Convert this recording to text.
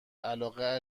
علاقه